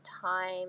time